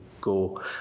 go